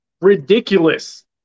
ridiculous